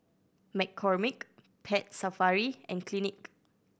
McCormick Pet Safari and Clinique